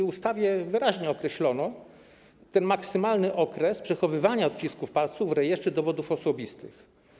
W ustawie wyraźnie określono maksymalny okres przechowywania odcisków palców w Rejestrze Dowodów Osobistych.